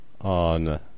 on